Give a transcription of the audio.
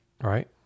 right